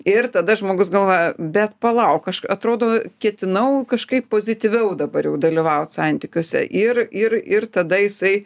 ir tada žmogus galvoja bet palauk aš atrodo ketinau kažkaip pozityviau dabar jau dalyvaut santykiuose ir ir ir tada jisai